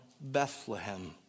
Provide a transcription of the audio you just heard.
Bethlehem